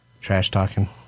trash-talking